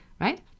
Right